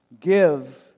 give